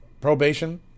probation